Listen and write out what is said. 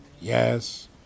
Yes